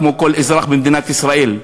כמו כל אזרח במדינת ישראל.